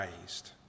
raised